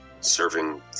serving